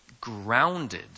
grounded